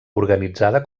organitzada